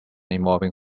involving